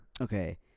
Okay